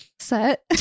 set